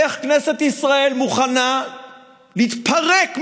איך כנסת ישראל מוכנה להתפרק מכוחה,